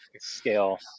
scale